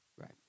Right